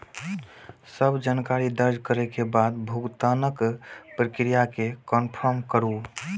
सब जानकारी दर्ज करै के बाद भुगतानक प्रक्रिया कें कंफर्म करू